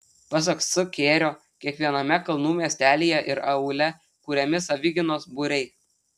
pasak s kėrio kiekviename kalnų miestelyje ir aūle kuriami savigynos būriai